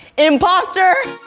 imposter!